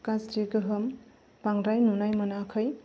गाज्रि गोहोम बांद्राय नुनो मोनाखै